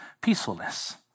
peacefulness